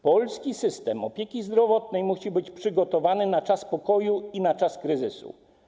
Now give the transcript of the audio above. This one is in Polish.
Polski system opieki zdrowotnej musi być przygotowany na czas pokoju i na czas kryzysu.